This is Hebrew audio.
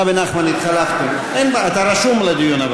אתה ונחמן התחלפתם, אין בעיה, אבל אתה רשום לדיון?